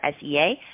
SEA